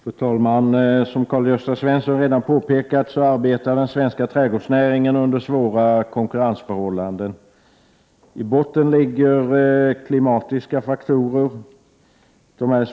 Fru talman! Som Karl-Gösta Svenson redan har påpekat arbetar den svenska trädgårdsnäringen under svåra konkurrensförhållanden. I botten spelar faktorer som klimat en roll.